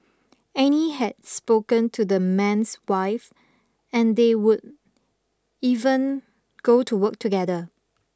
Annie had spoken to the man's wife and they would even go to work together